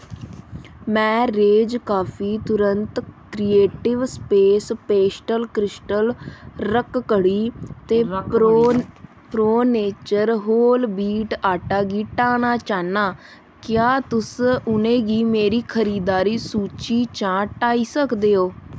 मैं रेज काफी तुर्त क्रिएटिव स्पेस पेस्टल क्रिस्टल रक्खड़ी ते pro nature whole wheat atta गी ढाना चाह्न्नां क्या तुस उ'नें गी मेरी खरीदारी सूची चा हटाई सकदे ओ